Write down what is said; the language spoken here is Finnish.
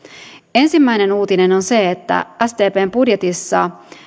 ensimmäinen uutinen on se että sdpn budjetissa